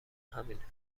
همینه